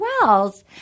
Wells